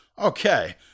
Okay